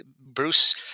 Bruce